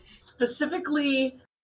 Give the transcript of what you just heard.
Specifically